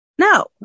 No